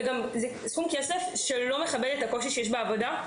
זהו סכום כסף שלא מכבד את הקושי בעבודה,